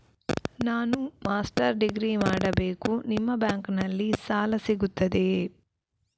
ನಾನು master degree ಮಾಡಬೇಕು, ನಿಮ್ಮ ಬ್ಯಾಂಕಲ್ಲಿ ಸಾಲ ಸಿಗುತ್ತದೆಯೇ?